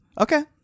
Okay